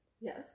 Yes